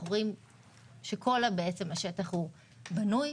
כל השטח בנוי,